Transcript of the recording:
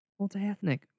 multiethnic